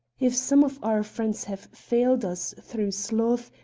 if some of our friends have failed us through sloth,